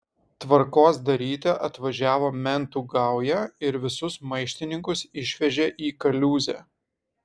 tvarkos daryti atvažiavo mentų gauja ir visus maištininkus išvežė į kaliūzę